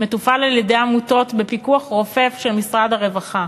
מתופעל על-ידי עמותות בפיקוח רופף של משרד הרווחה.